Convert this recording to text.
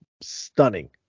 stunning